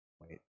Wait